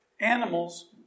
Animals